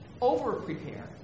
over-prepare